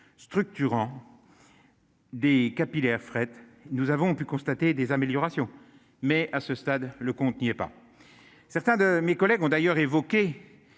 structurant des capillaires fret, nous avons pu constater des améliorations, mais à ce stade, le compte n'y est pas certains de mes collègues ont d'ailleurs évoqué